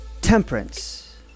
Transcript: temperance